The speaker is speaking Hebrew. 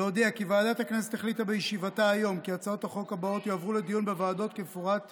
אני קובע כי הצעת חוק הגנה על עובדים (חשיפת עבירות ופגיעה